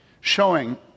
showing